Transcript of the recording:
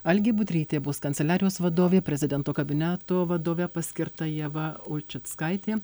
algė budrytė bus kanceliarijos vadovė prezidento kabineto vadove paskirta ieva ulčickaitė